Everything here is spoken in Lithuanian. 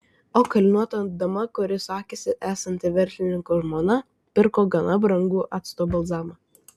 o kailiniuota dama kuri sakėsi esanti verslininko žmona pirko gana brangų acto balzamą